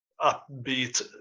upbeat